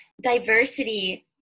diversity